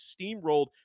steamrolled